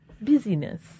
Busyness